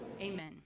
amen